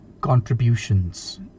contributions